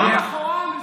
לא נכון.